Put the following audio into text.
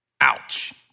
Ouch